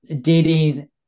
dating